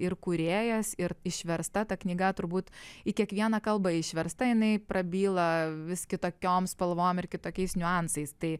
ir kūrėjas ir išversta ta knyga turbūt į kiekvieną kalbą išversta jinai prabyla vis kitokiom spalvom ir kitokiais niuansais tai